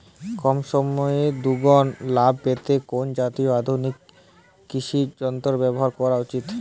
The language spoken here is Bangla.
কম সময়ে দুগুন লাভ পেতে কোন জাতীয় আধুনিক কৃষি যন্ত্র ব্যবহার করা উচিৎ?